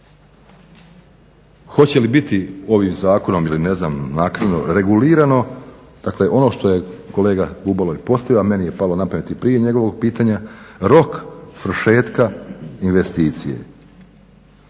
hoće li biti ovim zakonom ili ne znam naknadno, regulirano dakle ono što je kolega Bubalo postavio a meni je palo na pamet i prije njegovog pitanja, rok svršetka investicije?